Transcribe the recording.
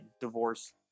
divorce